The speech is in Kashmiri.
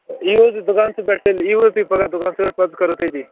یِیِو حظ تُہۍ دُکانسٕے پٮ۪ٹھ تیٚلہِ یِیِو حظ تُہۍ پَگاہ دُکانَس پٮ۪ٹھ پَتہٕ حظ کَرو تٔتی